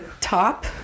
top